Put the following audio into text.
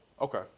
Okay